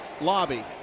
lobby